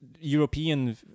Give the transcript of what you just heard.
European